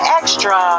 extra